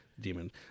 demon